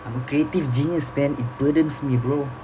I'm a creative genius man it burdens me bro